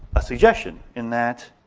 a suggestion, in that